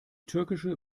türkische